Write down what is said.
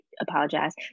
apologize